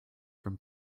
from